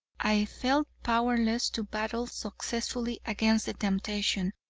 i felt powerless to battle successfully against the temptation.